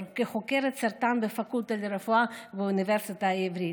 כחוקרת סרטן בפקולטה לרפואה באוניברסיטה העברית,